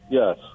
yes